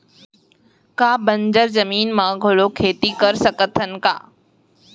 का बंजर जमीन म घलो खेती कर सकथन का?